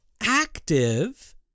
active